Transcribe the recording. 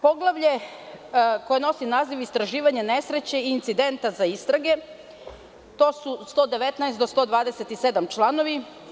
Poglavlje koje nosi naziv – Istraživanje nesreće i incidenta za istrage, to su 119. do 127. članovi.